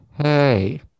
Hey